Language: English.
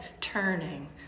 turning